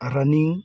running